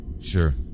sure